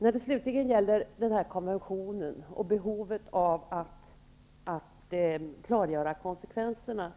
När det slutligen gäller konventionen och behovet av att klargöra konsekvenserna